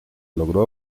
logró